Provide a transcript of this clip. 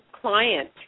client